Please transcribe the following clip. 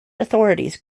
authorities